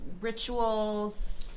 rituals